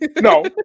No